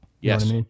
yes